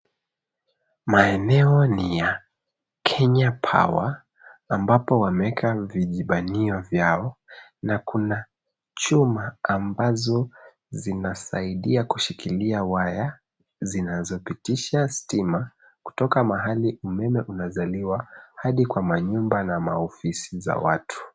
Maeneo ni ya Kenya Power, ambapo wamewekwa vijibanio vyao, na kuna chuma ambazo zinasaidia kushikilia waya zinazopitisha stima kutoka mahali umeme unazaliwa hadi kwa manyumba na maofisi za watu.